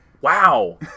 wow